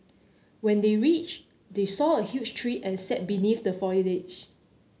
when they reached they saw a huge tree and sat beneath the foliage